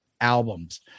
albums